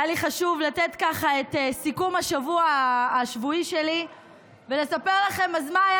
היה לי חשוב לתת ככה את סיכום השבוע השבועי שלי ולספר לכם מה היה